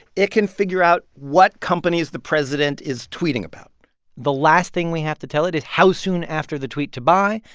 it can figure out what companies the president is tweeting about the last thing we have to tell it is how soon after the tweet to buy,